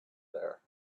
there